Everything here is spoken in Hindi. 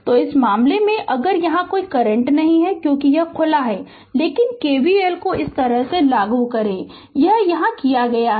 तो इस मामले में अगर यहाँ कोई करंट नहीं है क्योंकि यह खुला है लेकिन KVL को इस तरह से लागू करें यह यहाँ किया है